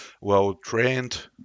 well-trained